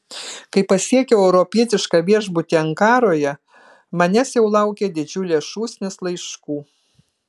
kai pasiekiau europietišką viešbutį ankaroje manęs jau laukė didžiulė šūsnis laiškų